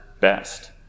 best